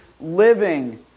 living